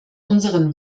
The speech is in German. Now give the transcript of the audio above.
unseren